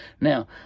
Now